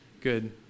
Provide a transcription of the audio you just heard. Good